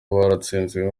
waratsinze